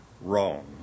wrong